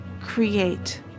create